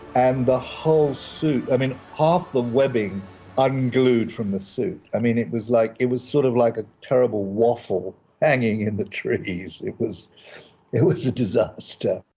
and the whole suit, i mean half the webbing unglued from the suit. i mean it was like, it was sort of like a terrible waffle hanging in the trees. it was it was a disaster